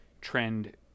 trend